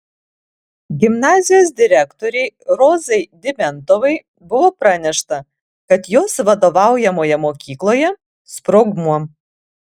gimnazijos direktorei rozai dimentovai buvo pranešta kad jos vadovaujamoje mokykloje sprogmuo